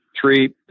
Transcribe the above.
Three